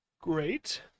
Great